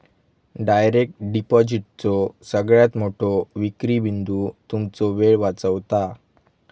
direct डिपॉजिटचो सगळ्यात मोठो विक्री बिंदू तुमचो वेळ वाचवता